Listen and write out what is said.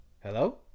Hello